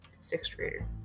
Sixth-grader